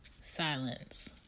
Silence